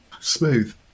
smooth